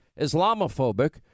Islamophobic